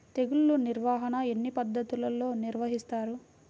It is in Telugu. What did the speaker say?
తెగులు నిర్వాహణ ఎన్ని పద్ధతులలో నిర్వహిస్తారు?